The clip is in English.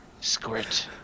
Squirt